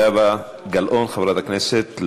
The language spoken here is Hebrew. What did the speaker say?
חברת הכנסת זהבה גלאון,